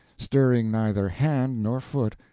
stirring neither hand nor foot,